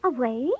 Away